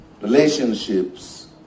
relationships